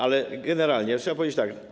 Ale generalnie trzeba powiedzieć tak.